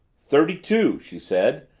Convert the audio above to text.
thirty-two, she said,